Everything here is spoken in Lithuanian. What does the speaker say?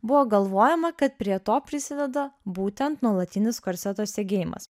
buvo galvojama kad prie to prisideda būtent nuolatinis korseto segėjimas